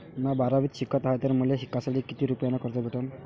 म्या बारावीत शिकत हाय तर मले शिकासाठी किती रुपयान कर्ज भेटन?